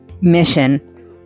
mission